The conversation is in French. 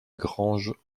grange